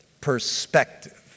perspective